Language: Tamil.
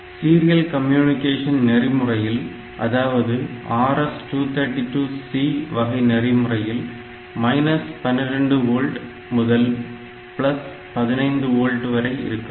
சீரியல் கம்யூனிகேஷன் நெறிமுறையில் அதாவது RS232 C வகை நெறிமுறையில் 12 ஓல்ட் முதல் 15 ஓல்ட் வரை இருக்கலாம்